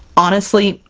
honestly,